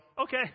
okay